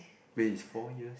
wait is four years